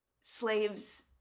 Slaves